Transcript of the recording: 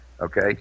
okay